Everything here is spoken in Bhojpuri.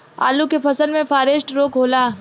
आलू के फसल मे फारेस्ट रोग होला?